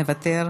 מוותר.